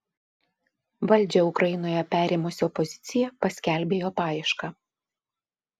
valdžią ukrainoje perėmusi opozicija paskelbė jo paiešką